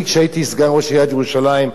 אני, כשהייתי סגן ראש עיריית ירושלים,